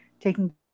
taking